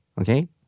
Okay